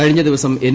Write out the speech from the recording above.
കഴിഞ്ഞ് ദിവസം എൻ